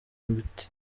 ibiti